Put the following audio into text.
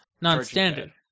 non-standard